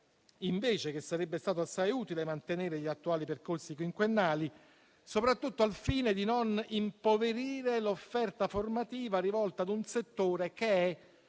anche che sarebbe stato invece assai utile mantenere gli attuali percorsi quinquennali, soprattutto al fine di non impoverire l'offerta formativa rivolta a un settore